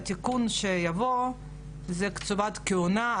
התיקון שיבוא זה קציבת כהונה,